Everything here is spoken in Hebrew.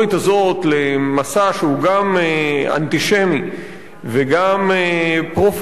למסע שהוא גם אנטישמי וגם פרו-פאשיסטי,